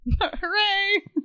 Hooray